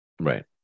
right